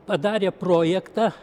padarė projektą